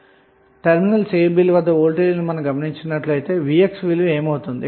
మనం terminals ab ల వద్ద వోల్టేజ్ ను గమనిస్తే vx విలువ ఏమవుతుంది